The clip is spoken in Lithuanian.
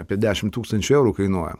apie dešimt tūkstančių eurų kainuoja